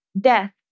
death